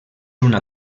una